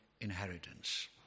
inheritance